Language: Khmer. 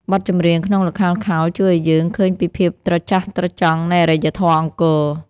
បទចម្រៀងក្នុងល្ខោនខោលជួយឱ្យយើងឃើញពីភាពត្រចះត្រចង់នៃអរិយធម៌អង្គរ។